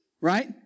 right